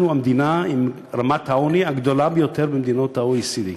אנחנו המדינה עם רמת העוני הגבוהה ביותר במדינות ה-OECD.